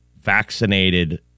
Vaccinated